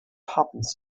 happens